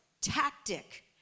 tactic